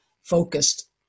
focused